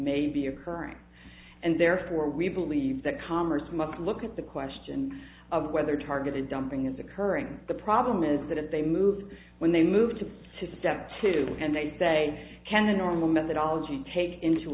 may be occurring and therefore we believe that commerce must look at the question of whether targeted dumping is occurring the problem is that if they move when they move to step two and they say kanda normal methodology take into